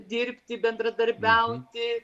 dirbti bendradarbiauti